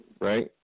Right